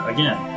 Again